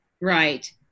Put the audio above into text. Right